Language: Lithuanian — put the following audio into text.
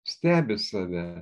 stebi save